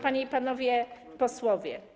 Panie i Panowie Posłowie!